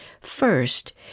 First